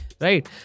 Right